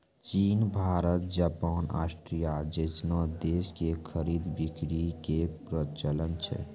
चीन Bharat Japan Australia जैसनो देश मे खरीद बिक्री के प्रचलन छै